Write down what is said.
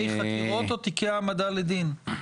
תיקי חקירות או תיקי העמדה לדין?